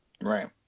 Right